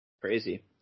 Crazy